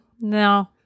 no